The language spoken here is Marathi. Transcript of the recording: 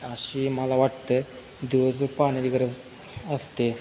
अशी मला वाटतं दिवसभर पाण्याची गरज असते